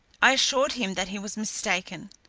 i assured him that he was mistaken.